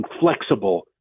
flexible